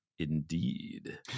indeed